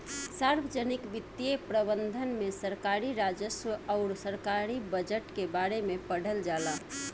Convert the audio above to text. सार्वजनिक वित्तीय प्रबंधन में सरकारी राजस्व अउर सरकारी बजट के बारे में पढ़ल जाला